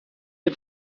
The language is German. dem